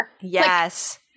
Yes